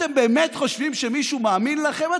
אתם באמת חושבים שמישהו מאמין לכם?